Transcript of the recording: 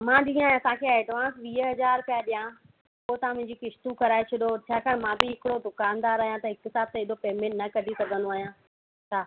हा जीअं तव्हांखे एडवांस वीह हज़ार रुपिया ॾिया पोइ तव्हां मुंहिंजी किश्तू कराए छॾो छाकाणि मां बि हिकिड़ो दुकानदार आहियां त हिकु साथ त एड़ो पेमेंट न कढी सघंदो आहियां हा